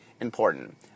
important